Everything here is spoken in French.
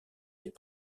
des